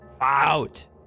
Out